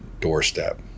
doorstep